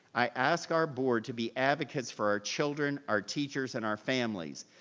i ask our board to be advocates for our children, our teachers, and our families,